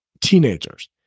teenagers